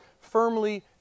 Firmly